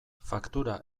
faktura